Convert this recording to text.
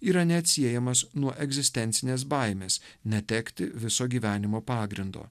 yra neatsiejamas nuo egzistencinės baimės netekti viso gyvenimo pagrindo